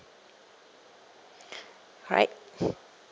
right